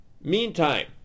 meantime